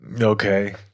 Okay